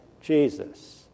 Jesus